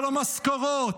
של המשכורות.